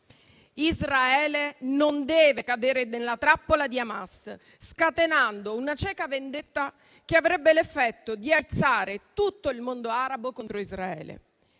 Israele non deve cadere nella trappola di Hamas, scatenando una cieca vendetta che avrebbe l'effetto di aizzare tutto il mondo arabo contro Israele.